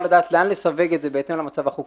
לדעת לאן לסווג את זה בהתאם למצב החוקי.